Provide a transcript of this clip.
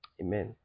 Amen